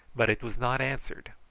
but it was not answered.